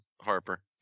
Harper